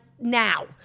now